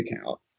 account